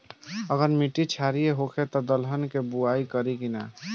अगर मिट्टी क्षारीय होखे त दलहन के बुआई करी की न?